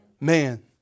Man